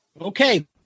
Okay